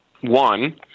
one